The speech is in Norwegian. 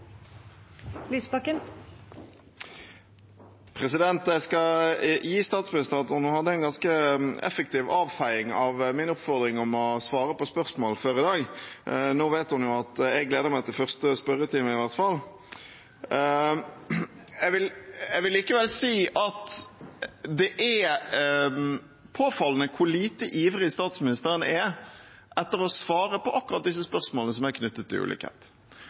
gi statsministeren at hun hadde en ganske effektiv avfeiing av min oppfordring om å svare på spørsmål før i dag. Nå vet hun i hvert fall at jeg gleder meg til første spørretime. Jeg vil likevel si at det er påfallende hvor lite ivrig statsministeren er etter å svare på akkurat spørsmålene som er knyttet til ulikhet.